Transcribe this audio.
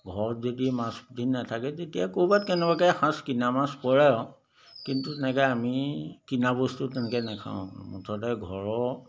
ঘৰত যদি মাছ পুঠি নাথাকে তেতিয়া ক'ৰবাত কেনেবাকৈ এসাজ কিনা মাছ পৰে আৰু কিন্তু তেনেকৈ আমি কিনা বস্তু তেনেকৈ নেখাওঁ মুঠতে ঘৰৰ